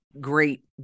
great